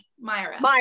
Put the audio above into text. Myra